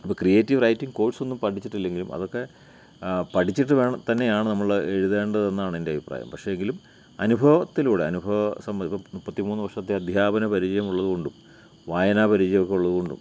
അപ്പോള് creative writing കോഴ്സൊന്നും പഠിച്ചിട്ടില്ലെങ്കിലും അതൊക്കെ പഠിച്ചിട്ട് വേണം ആണ് തന്നെയാണ് നമ്മള് എഴുതേണ്ടതെന്നാണെൻ്റെ അഭിപ്രായം പക്ഷേങ്കിലും അനുഭവത്തിലൂടെ അനുഭവ സമ്പത്ത് ഇപ്പോള് മുപ്പത്തിമൂന്ന് വർഷത്തെ അധ്യാപന പരിചയമുള്ളതുകൊണ്ടും വായനാപരിചയമൊക്കെ ഉള്ളതുകൊണ്ടും